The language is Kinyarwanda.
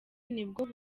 nibwo